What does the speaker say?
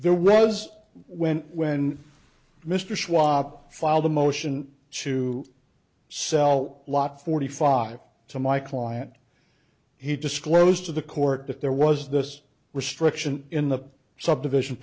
there was when when mr schwab filed a motion to sell lot forty five to my client he disclosed to the court that there was this restriction in the subdivision